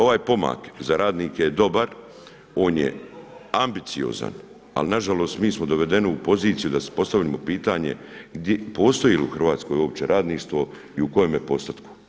Ovaj pomak za radnike je dobar, on je ambiciozan ali nažalost mi smo dovedeni u poziciju da si postavimo pitanje postoji li u Hrvatskoj uopće radništvo i u kojem je postotku,